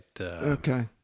Okay